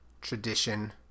tradition